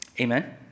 Amen